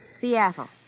Seattle